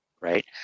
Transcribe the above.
right